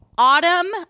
Autumn